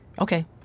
Okay